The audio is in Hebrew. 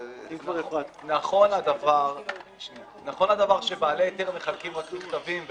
נכון הדבר שבעלי היתר מחלקים רק מכתבים,